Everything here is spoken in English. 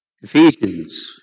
Ephesians